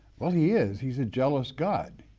well he is, he's a jealous god.